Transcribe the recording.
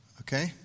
okay